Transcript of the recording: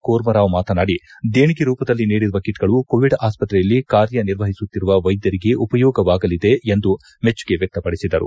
ಕೂರ್ಮರಾವ್ ಮಾತನಾಡಿ ದೇಣಿಗೆ ರೂಪದಲ್ಲಿ ನೀಡಿರುವ ಕಿಟ್ಗಳು ಕೋವಿಡ್ ಆಸ್ಪತ್ರೆಯಲ್ಲಿ ಕಾರ್ಯನಿರ್ವಹಿಸುತ್ತಿರುವ ವೈದ್ಧರಿಗೆ ಉಪಯೋಗವಾಗಲಿದೆ ಎಂದು ಮೆಚ್ಚುಗೆ ವ್ಯಕ್ತಪಡಿಸಿದರು